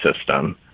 system